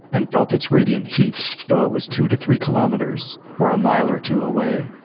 and felt its radiant heat, though it was two to three kilometers, or a mile or two away.